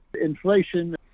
Inflation